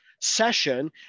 session